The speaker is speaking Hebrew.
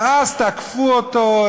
ואז תקפו אותו,